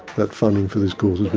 that funding for this course has